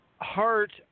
Heart